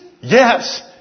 Yes